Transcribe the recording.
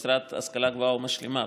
והמשרד להשכלה גבוהה ומשלימה,